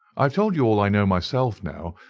i've told you all i know myself now,